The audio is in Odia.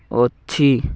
ଅଛି